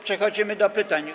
Przechodzimy do pytań.